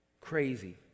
crazy